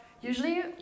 usually